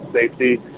safety